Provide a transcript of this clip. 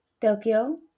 tokyo